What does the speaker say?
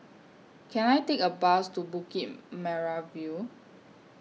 Can I Take A Bus to Bukit Merah View